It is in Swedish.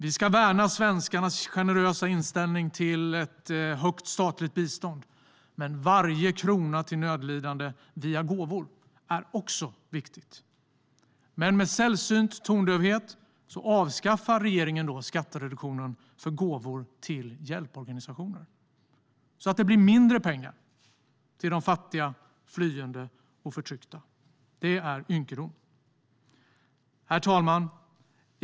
Vi ska värna svenskarnas generösa inställning till att ha ett högt statligt bistånd, men även varje krona till nödlidande via gåvor är viktig. Med sällsynt tondövhet avskaffar dock regeringen skattereduktionen för gåvor till hjälporganisationer så att det blir mindre pengar till de fattiga, flyende och förtryckta. Det är en ynkedom. Herr talman!